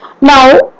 Now